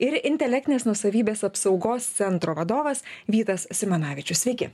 ir intelektinės nuosavybės apsaugos centro vadovas vytas simanavičius sveiki